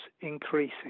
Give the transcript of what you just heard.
increasing